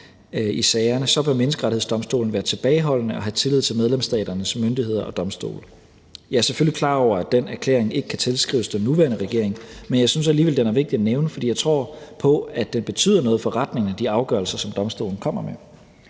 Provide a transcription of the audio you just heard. vil Menneskerettighedsdomstolen være tilbageholdende og have tillid til medlemsstaternes myndigheder og domstole. Jeg er selvfølgelig klar over, at den erklæring ikke kan tilskrives den nuværende regering, men jeg synes alligevel, den er vigtig at nævne, for jeg tror på, at den betyder noget for retningen af de afgørelser, som domstolen kommer med.